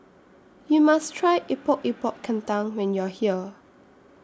YOU must Try Epok Epok Kentang when YOU Are here